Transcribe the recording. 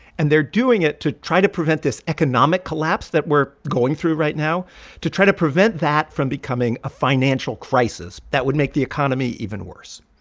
and they're doing it to try to prevent this economic collapse that we're going through right now to try to prevent that from becoming a financial crisis that would make the economy even worse.